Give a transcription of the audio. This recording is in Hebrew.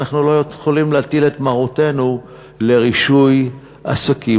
אנחנו לא יכולים להטיל את מרותנו לרישוי עסקים,